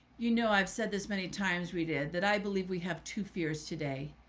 you know, i've said this many times we did that. i believe we have two fears today.